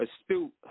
astute